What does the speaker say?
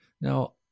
Now